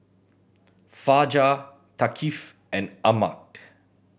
Fajar Thaqif and Ahmad